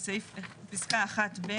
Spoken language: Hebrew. הנוסח בפסקה (1)(ב)